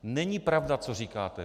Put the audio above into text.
Není pravda, co říkáte.